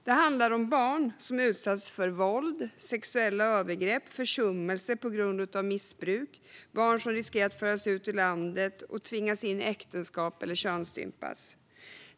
Det handlar om barn som utsatts för våld, sexuella övergrepp och försummelse på grund av missbruk och barn som riskerar att föras ut ur landet och tvingas in i äktenskap eller könsstympas.